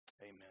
Amen